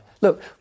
Look